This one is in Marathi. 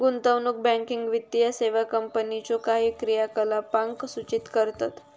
गुंतवणूक बँकिंग वित्तीय सेवा कंपनीच्यो काही क्रियाकलापांक सूचित करतत